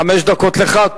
חמש דקות לך.